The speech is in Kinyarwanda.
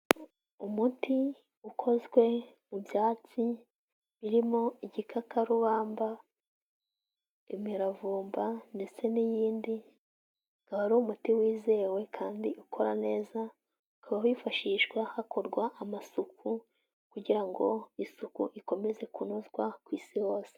Umuti ukozwe mu byatsi birimo igikakarubamba, imiravumba ndetse n'iyindi, ukaba umuti wizewe kandi ukora neza ukaba wifashishwa hakorwa amasuku kugira ngo isuku ikomeze kunozwa ku Isi hose.